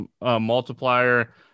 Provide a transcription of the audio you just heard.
multiplier